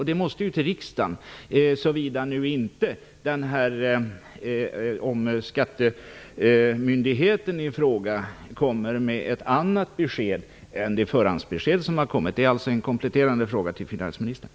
Frågan måste ju till riksdagen, såvida inte skattemyndigheten kommer med ett annat besked än det förhandsbesked som har kommit. Det är alltså en kompletterande fråga till finansministern.